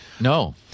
No